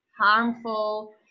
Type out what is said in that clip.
harmful